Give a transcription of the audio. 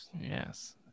yes